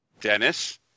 Dennis